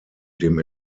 dem